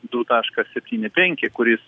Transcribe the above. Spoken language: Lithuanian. du taškas septyni penki kuris